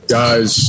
guys